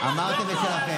עמדה שרה,